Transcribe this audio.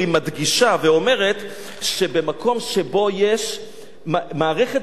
מדגישה ואומרת שבמקום שבו יש מערכת